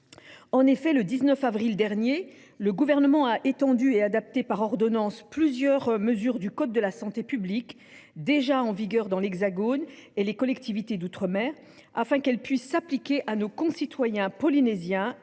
En effet, le 19 avril dernier, le Gouvernement a étendu et adapté par ordonnance plusieurs mesures du code de la santé publique, déjà en vigueur dans l’Hexagone et les collectivités d’outre mer, afin qu’elles puissent s’appliquer à nos concitoyens polynésiens, calédoniens,